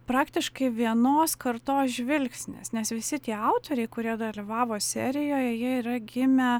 praktiškai vienos kartos žvilgsnis nes visi tie autoriai kurie dalyvavo serijoje jie yra gimę